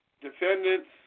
defendants